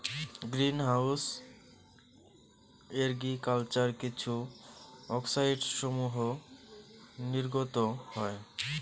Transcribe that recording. green house agriculture কিছু অক্সাইডসমূহ নির্গত হয়